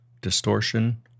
distortion